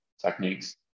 techniques